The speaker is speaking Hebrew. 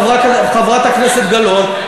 חברת הכנסת גלאון,